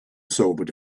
sobered